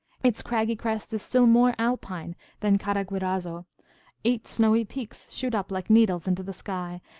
its craggy crest is still more alpine than caraguairazo eight snowy peaks shoot up like needles into the sky,